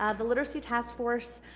ah the literacy task force